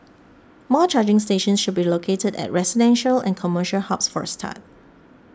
more charging stations should be located at residential and commercial hubs for a start